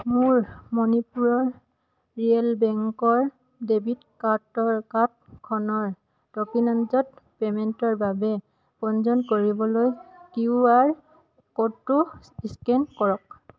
মোৰ মণিপুৰৰ ৰিয়েল বেংকৰ ডেবিট কাৰ্ড কাৰ্ডখনৰ ট'কেনেঞ্জত পে'মেণ্টৰ বাবে পঞ্জীয়ন কৰিবলৈ কিউ আৰ ক'ডটো স্কেন কৰক